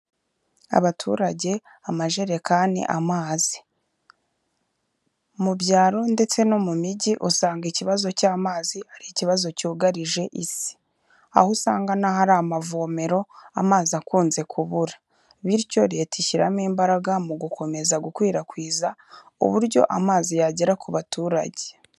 Abaturage, amajerekani, amazi, mu byaro ndetse no mu mijyi usanga ikibazo cy'amazi ari ikibazo cyugarije isi, aho usanga n'ahari amavomero amazi akunze kubura, bityo Leta ishyiramo imbaraga mu gukomeza gukwirakwiza uburyo amazi yagera ku baturage.